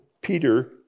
Peter